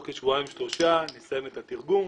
אולם תוך כשבועיים שלושה נסיים את התרגום